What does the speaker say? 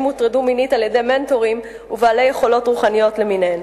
הוטרדו מינית על-ידי "מנטורים" ובעלי יכולות רוחניות למיניהם,